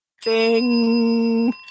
Ding